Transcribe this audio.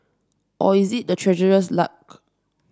or is it the Treasurer's luck